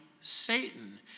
Satan